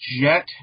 Jet